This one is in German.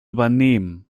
übernehmen